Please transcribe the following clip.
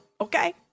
Okay